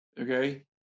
okay